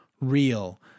real